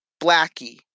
Blackie